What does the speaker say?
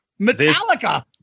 Metallica